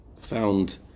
found